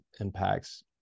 impacts